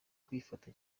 kwifata